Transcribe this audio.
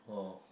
oh